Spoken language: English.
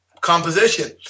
composition